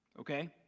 okay